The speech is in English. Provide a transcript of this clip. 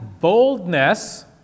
boldness